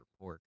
pork